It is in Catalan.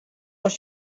els